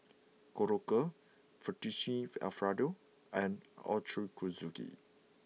Korokke Fettuccine Alfredo and Ochazuke